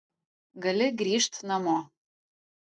gali grįžt namo